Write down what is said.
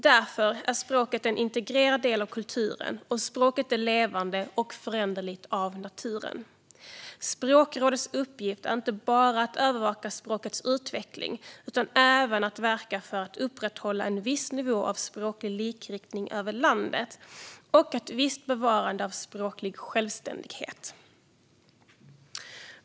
Därför är språket en integrerad del av kulturen, och språket är levande och föränderligt av naturen. Språkrådets uppgift är inte bara att övervaka språkets utveckling utan även att verka för att upprätthålla en viss nivå av språklig likriktning över landet och ett visst bevarande av språklig självständighet.